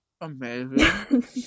Amazing